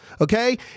okay